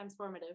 transformative